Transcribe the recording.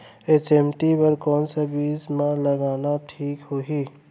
HMT बर कौन से बीज मा लगाना ठीक होही?